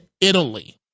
Italy